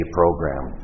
program